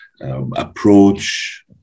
approach